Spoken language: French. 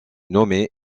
nommée